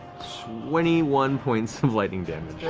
twenty one points of lightning damage.